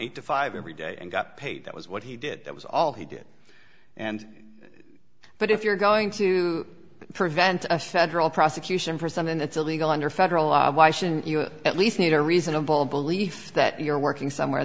eight to five every day and got paid that was what he did that was all he did and but if you're going to prevent a federal prosecution for something that's illegal under federal law why shouldn't you at least need a reasonable belief that you're working somewhere